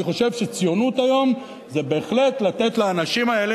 אני חושב שציונות היום זה בהחלט לתת לאנשים האלה,